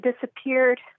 disappeared